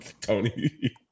Tony